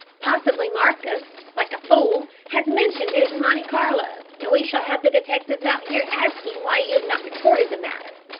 possibly marcus, like a fool, has mentioned it in monte carlo, and we shall have the detectives out here asking why you have not reported the matter.